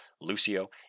Lucio